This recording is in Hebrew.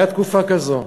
הייתה תקופה כזאת,